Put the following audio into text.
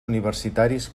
universitaris